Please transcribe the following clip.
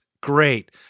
Great